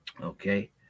Okay